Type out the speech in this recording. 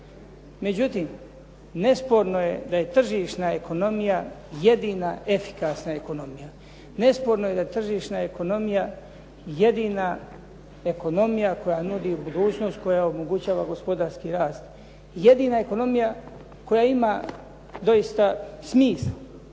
Međutim, nesporno je da je tržišna ekonomija jedina efikasna ekonomija. Nesporno je da je tržišna ekonomija jedina ekonomija koja nudi budućnost koja omogućava gospodarski rast. Jedina ekonomija koja ima doista smisla.